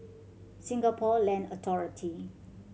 Singapore Land Authority